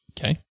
Okay